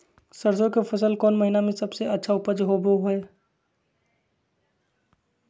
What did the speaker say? सरसों के फसल कौन महीना में सबसे अच्छा उपज होबो हय?